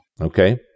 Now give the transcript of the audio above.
Okay